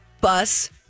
Bus